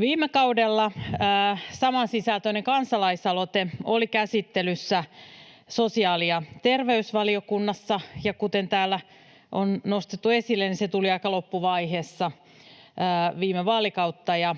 Viime kaudella samansisältöinen kansalaisaloite oli käsittelyssä sosiaali- ja terveysvaliokunnassa, ja kuten täällä on nostettu esille, se tuli aika loppuvaiheessa viime vaalikautta ja